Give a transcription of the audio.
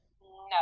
No